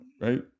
right